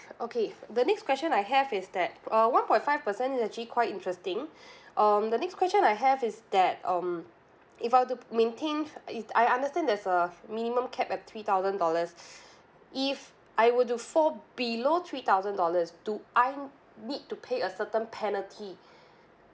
okay the next question I have is that uh one point five per cent is actually quite interesting um the next question I have is that um if I were to maintain if I understand there's a minimum cap at three thousand dollars if I were to fall below three thousand dollars do I need to pay a certain penalty